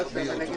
19:51.